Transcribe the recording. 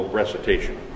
recitation